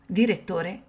direttore